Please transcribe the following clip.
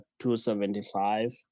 275